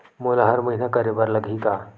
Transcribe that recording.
मोला हर महीना करे बर लगही का?